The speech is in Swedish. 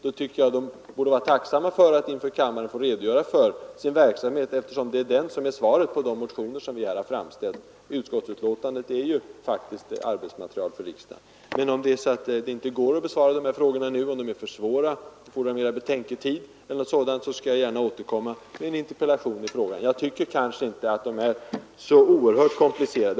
Då tycker jag de borde vara tacksamma för att inför kammaren få redogöra för sin verksamhet, eftersom det är den som är svaret på de motioner vi här har väckt. Men om det inte går att besvara frågorna nu, om de är för svåra och fordrar mera betänketid eller någonting sådant, skall jag gärna återkomma med en interpellation i ärendet. Jag tycker kanske inte att de är så oerhört komplicerade.